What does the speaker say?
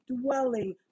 dwelling